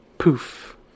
poof